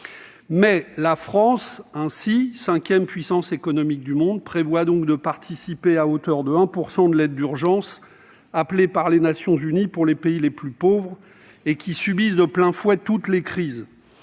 TSBA. La France, cinquième puissance économique du monde, prévoit de participer à hauteur de 1 % à l'aide d'urgence demandée par les Nations unies pour les pays les plus pauvres, qui subissent de plein fouet toutes les crises.